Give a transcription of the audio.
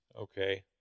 Okay